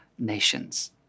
nations